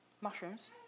Mushrooms